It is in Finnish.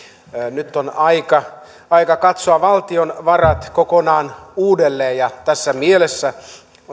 nyt on aika aika katsoa valtion varat kokonaan uudelleen ja tässä mielessä